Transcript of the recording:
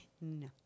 No